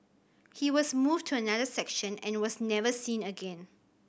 he was moved to another section and was never seen again